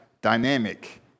dynamic